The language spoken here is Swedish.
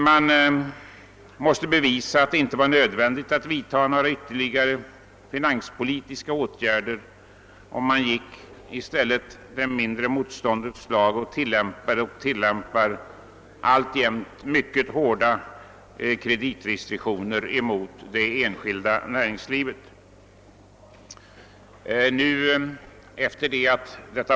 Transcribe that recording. Man ansåg sig emellertid tvungen att bevisa att det inte var nödvändigt att vidta några ytterligare finanspolitiska åtgärder och gick därför det minsta motståndets väg och tillgrep de mycket hårda kreditrestriktioner mot det enskilda näringslivet som alltjämt råder.